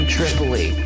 Tripoli